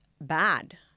bad